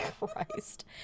Christ